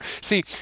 See